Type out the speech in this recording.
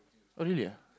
oh really ah